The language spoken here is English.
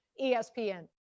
ESPN